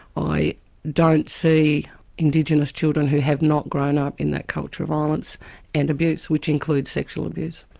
i don't see indigenous children who have not grown up in that culture of violence and abuse, which includes sexual abuse.